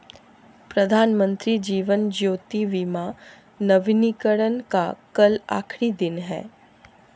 प्रधानमंत्री जीवन ज्योति बीमा नवीनीकरण का कल आखिरी दिन है